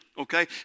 okay